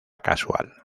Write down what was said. casual